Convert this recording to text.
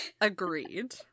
Agreed